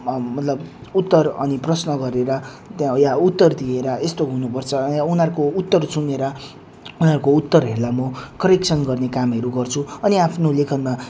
मतलब उत्तर अनि प्रश्न गरेर त्यहाँ या उत्तर दिएर यस्तो हुनुपर्छ उनीहरूको उत्तर सुनेर उनीहरूको उत्तरहरूलाई म करेक्सन गर्ने कामहरू गर्छु अनि आफ्नो लेखनमा